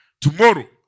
Tomorrow